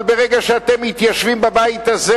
אבל ברגע שאתם מתיישבים בבית הזה,